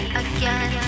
again